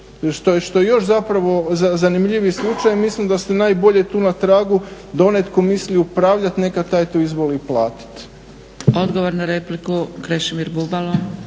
što je još zapravo zanimljiviji slučaj. Mislim da ste najbolje tu na tragu, da onaj tko misli upravljati, neka taj to izvoli i platiti.